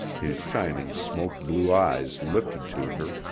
his shining, smoke-blue eyes lifted to her,